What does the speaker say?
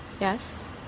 Yes